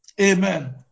Amen